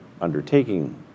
undertaking